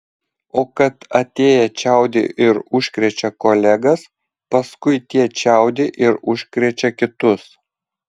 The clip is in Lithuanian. o kad atėję čiaudi ir užkrečia kolegas paskui tie čiaudi ir užkrečia kitus